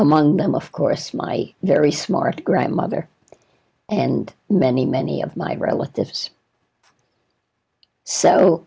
among them of course my very smart grandmother and many many of my relatives so